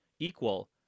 equal